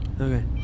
okay